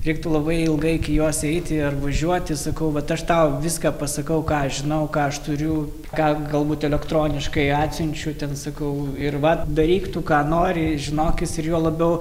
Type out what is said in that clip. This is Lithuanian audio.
reiktų labai ilgai iki jos eiti ar važiuoti sakau vat aš tau viską pasakau ką aš žinau ką aš turiu ką galbūt elektroniškai atsiunčiau ten sakau ir vat daryk tu ką nori žinokis ir juo labiau